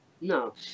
No